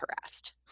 harassed